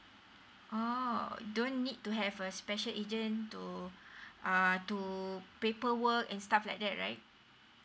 oh don't need to have a special agent to uh to paperwork and stuff like that right